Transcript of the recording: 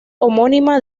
homónima